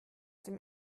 dem